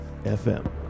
FM